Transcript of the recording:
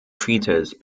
treatise